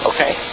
Okay